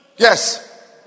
Yes